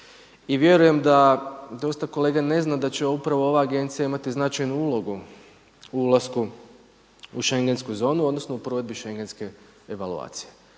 i vjerujem da dosta kolega ne zna da će upravo ova Agencija imati značajnu ulogu u ulasku u šengensku zonu odnosno u provedbi šengenske evaluacije.